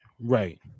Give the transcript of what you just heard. Right